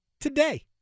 today